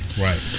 Right